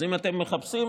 אז אם אתם מחפשים,